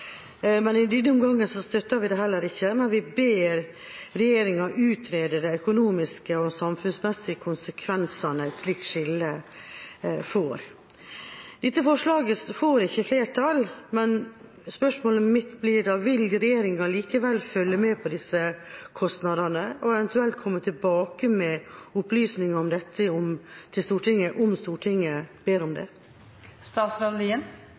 men i denne omgangen støtter vi det heller ikke, men vi ber regjeringa utrede de økonomiske og samfunnsmessige konsekvensene et slikt skille får. Dette forslaget får ikke flertall, men spørsmålet mitt blir da: Vil regjeringa likevel følge med på disse kostnadene og eventuelt komme tilbake med opplysninger om dette til Stortinget, om Stortinget ber om